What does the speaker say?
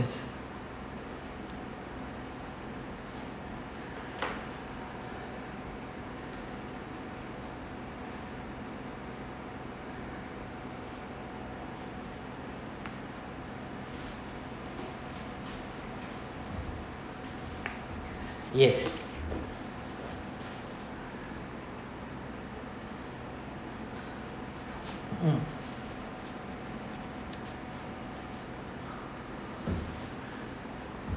yes mm